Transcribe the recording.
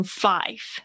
five